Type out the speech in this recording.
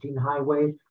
highway